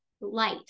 light